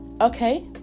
Okay